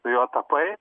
tu juo tapai